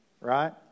right